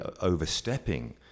overstepping